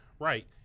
Right